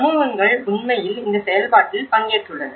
சமூகங்கள் உண்மையில் இந்த செயல்பாட்டில் பங்கேற்றுள்ளன